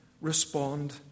respond